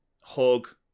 hug